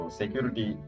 security